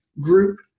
group